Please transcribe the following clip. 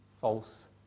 false